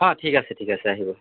অঁ ঠিক আছে ঠিক আছে আহিব